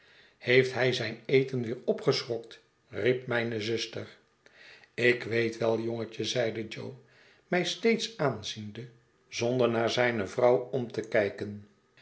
heeft hij zijn eten weer opgeschrokt riep mijne zuster ik weet wel jongetje zeide jo mij steeds aanziende zonder naar zijne vrouw om te kijken